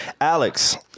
Alex